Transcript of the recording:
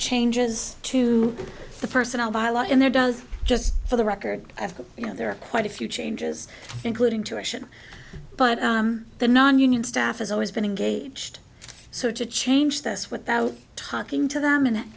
changes to the personnel by law in there does just for the record after you know there are quite a few changes including tuition but the nonunion staff has always been engaged so to change this without talking to them and